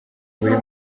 buri